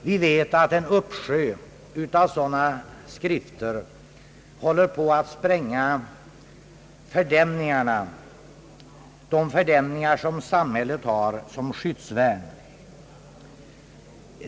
Vi vet att en uppsjö av sådana skrifter håller på att spränga de fördämningar som samhället har som skyddsvärn.